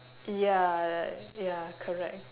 ya ya correct